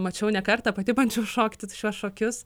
mačiau ne kartą pati bandžiau šokti šiuos šokius